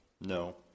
No